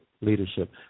Leadership